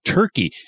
turkey